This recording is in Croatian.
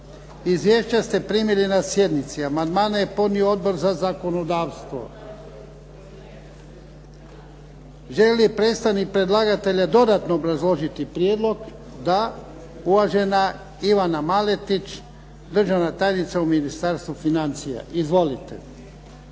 Izvješća ste primili na sjednici. Amandmane je podnio Odbor za zakonodavstvo. Želi li predstavnik predlagatelja dodatno obrazložiti prijedlog? Da. Uvažena Ivana Maletić, državna tajnica u Ministarstvu financija. Izvolite.